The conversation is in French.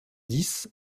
dix